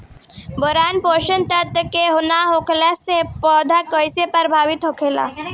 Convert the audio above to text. Boron पोषक तत्व के न होला से पौधा कईसे प्रभावित होला?